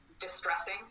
distressing